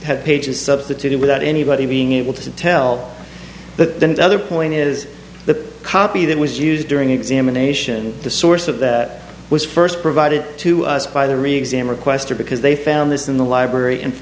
had pages substituted without anybody being able to tell the other point is the copy that was used during examination the source of that was first provided to us by the reexamined question because they found this in the library and